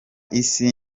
isi